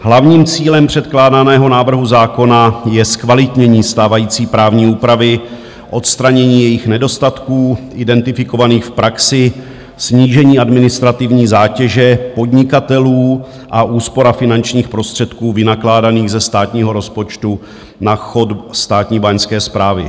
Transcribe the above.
Hlavním cílem předkládaného návrhu zákona je zkvalitnění stávající právní úpravy, odstranění jejích nedostatků identifikovaných v praxi, snížení administrativní zátěže podnikatelů a úspora finančních prostředků vynakládaných ze státního rozpočtu na chod státní báňské správy.